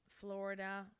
Florida